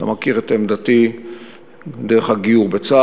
אתה מכיר את עמדתי על דרך הגיור בצה"ל,